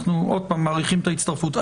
אנחנו עוד פעם מעריכים את ההצטרפות.